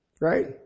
right